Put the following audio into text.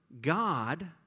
God